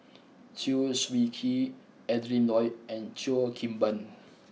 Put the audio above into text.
Chew Swee Kee Adrin Loi and Cheo Kim Ban